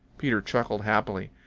peter chuckled happily.